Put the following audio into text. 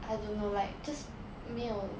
I don't know like just 没有